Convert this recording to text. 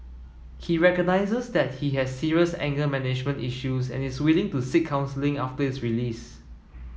he recognises that he has serious anger management issues and is willing to seek counselling after his release